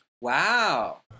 Wow